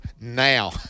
now